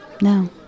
no